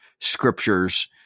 scriptures